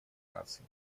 наций